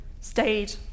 stayed